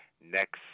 next